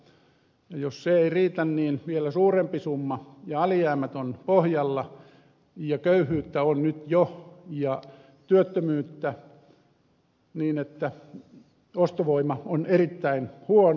ja jos se ei riitä niin vielä suurempi summa ja alijäämät ovat pohjalla ja köyhyyttä on nyt jo ja työttömyyttä niin että ostovoima on erittäin huono